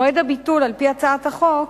מועד הביטול על-פי הצעת החוק